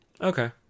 Okay